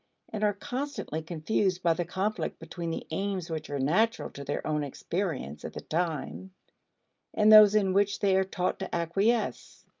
and are constantly confused by the conflict between the aims which are natural to their own experience at the time and those in which they are taught to acquiesce.